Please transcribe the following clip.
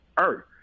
earth